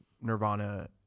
Nirvana